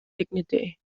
dignity